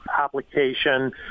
application